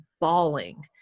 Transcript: bawling